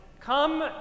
come